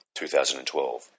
2012